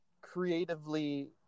creatively